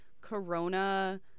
Corona